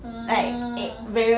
orh